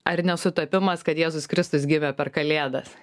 ar nesutapimas kad jėzus kristus gimė per kalėdas